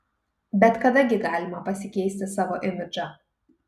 bet kada gi galima pasikeisti savo imidžą